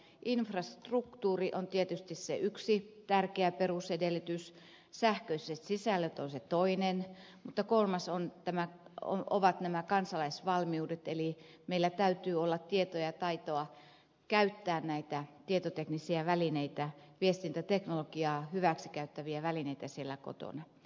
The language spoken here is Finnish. infrastruktuuri on tietysti se yksi tärkeä perusedellytys sähköiset sisällöt on se toinen mutta kolmanneksi ovat kansalaisvalmiudet eli meillä täytyy olla tietoa ja taitoa käyttää näitä tietoteknisiä välineitä viestintäteknologiaa hyväksi käyttäviä välineitä siellä kotona